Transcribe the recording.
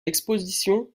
exposition